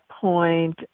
point